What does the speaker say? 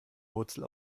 wurzel